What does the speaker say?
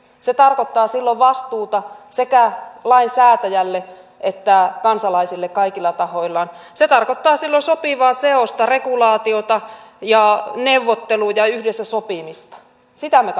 se tarkoittaa silloin vastuuta sekä lainsäätäjälle että kansalaisille kaikilla tahoilla se tarkoittaa silloin sopivaa seosta regulaatiota neuvotteluja ja yhdessä sopimista sitä me